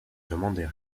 demandait